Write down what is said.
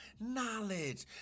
knowledge